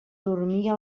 dormia